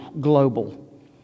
global